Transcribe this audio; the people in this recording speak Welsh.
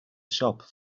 siop